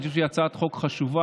אני חושב שהיא הצעת חוק חשובה.